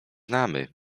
znamy